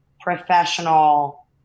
professional